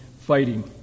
fighting